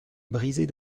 brisée